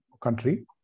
country